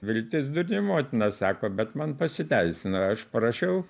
viltis durnių motina sako bet man pasiteisino aš parašiau